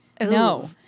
No